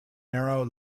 narrow